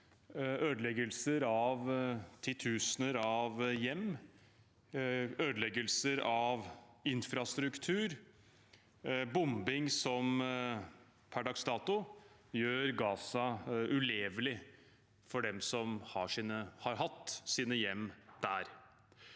ødeleggelser av titusener av hjem, det er ødeleggelser av infrastruktur, det er bombing som per dags dato gjør Gaza ulevelig for dem som har – har hatt – sine hjem der.